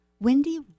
Wendy